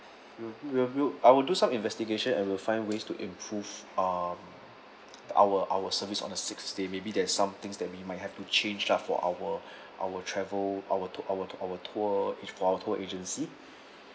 we'll do we'll do I will do some investigation and we'll find ways to improve uh our our service on a six day may be that something's that we might have to change uh for our our travel our tour our our tour for our tour agency